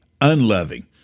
unloving